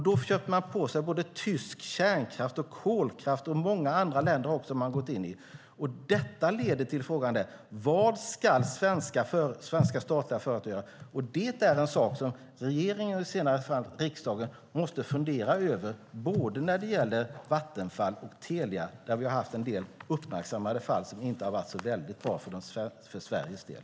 Då köpte man på sig tysk kärnkraft och kolkraft, och man gick också in i många andra länder. Det leder till frågan vad svenska statliga företag ska göra. Det är en sak som regeringen, och i det senare fallet riksdagen, måste fundera över. Det gäller både Vattenfall och Telia, där vi ju haft en del uppmärksammade fall som inte varit särskilt bra för Sveriges del.